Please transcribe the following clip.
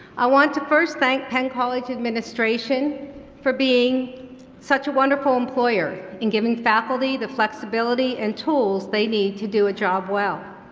i want to first thank penn college administration for being such a wonderful employer in giving faculty the flexibility and tools they need to a job well.